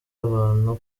abantu